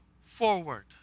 forward